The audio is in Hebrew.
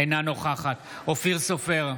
אינה נוכחת אופיר סופר,